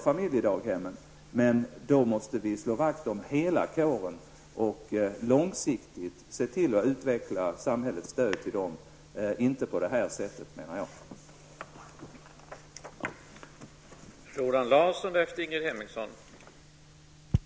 Familjedaghemmen behövs, men då måste vi slå vakt om hela kåren och långsiktigt se till att samhällets stöd till dagbarnvårdarna utvecklas, och inte göra på det sätt som förordas här.